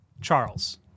Charles